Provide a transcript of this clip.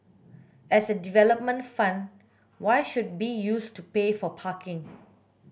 as a development fund why should be used to pay for parking